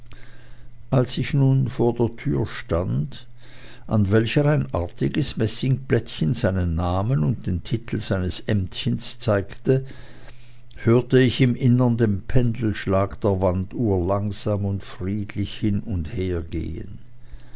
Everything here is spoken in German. als ich nun vor der türe stand an welcher ein artiges messingplättchen seinen namen und den titel seines ämtchens zeigte hörte ich im innern den pendelschlag der wanduhr langsam und friedlich hin und hergehen